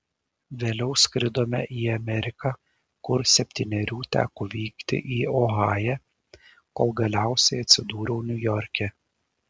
vėliau skridome į ameriką kur septynerių teko vykti į ohają kol galiausiai atsidūriau niujorke